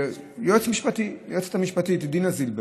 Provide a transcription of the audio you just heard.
שהיועצת המשפטית דינה זילבר